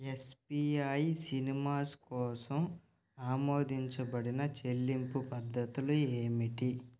yes P I Cinemas కోసం ఆమోదించబడిన చెల్లింపు పద్ధతులు ఏమిటి